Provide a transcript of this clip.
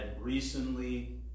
recently